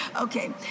Okay